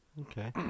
Okay